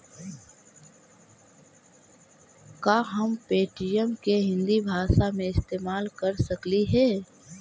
का हम पे.टी.एम के हिन्दी भाषा में इस्तेमाल कर सकलियई हे?